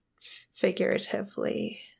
figuratively